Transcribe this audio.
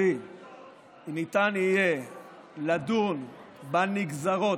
שבמשרדי ניתן יהיה לדון בנגזרות,